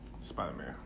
Spider-Man